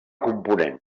component